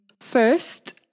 first